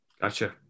Gotcha